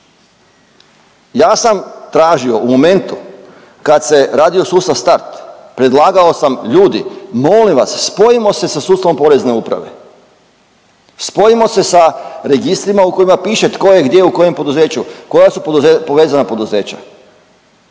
Ja sam tražio u momentu kad se radio sustav Start predlagao sam ljudi molim vas spojimo se sa sustavom Porezne uprave, spojimo se sa registrima u kojima piše tko je gdje u kojem poduzeću, koja su povezana poduzeća.